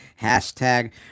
hashtag